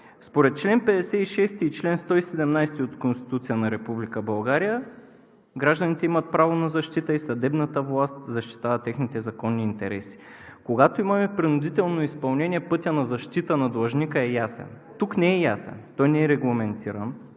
Според чл. 56 и чл. 117 от Конституцията на Република България гражданите имат право на защита и съдебната власт защитава техните законни интереси. Когато имаме принудително изпълнение, пътят на защита на длъжника е ясен. Тук не е ясен. Той не е регламентиран